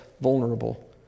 vulnerable